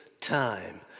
time